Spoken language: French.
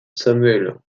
samuel